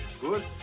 good